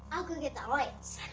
i'll go get the lights.